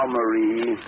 Marie